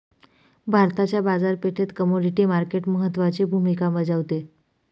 भारताच्या बाजारपेठेत commodity market महत्त्वाची भूमिका बजावते